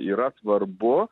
yra svarbu